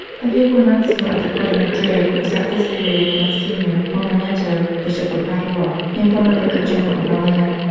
the papal nuncio at the court of madrid was at this period monsignor ormanetto, bishop of padua, and former vicar-general of milan.